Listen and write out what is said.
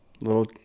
little